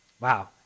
Wow